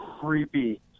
creepy